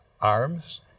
arms